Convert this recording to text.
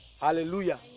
Hallelujah